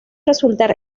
resultar